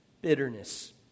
bitterness